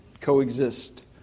coexist